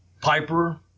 Piper